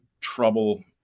trouble